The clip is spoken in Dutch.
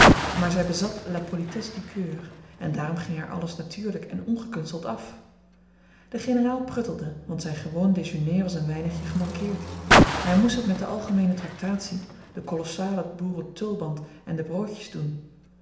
maar zij bezat la politesse du coeur en daarom ging alles haar natuurlijk en ongekunsteld af de generaal pruttelde want zijn gewoon déjeuner was een weinigje gemankeerd hij moest het met de algemeene tractatie den kolossalen boerentulband en de broodjes doen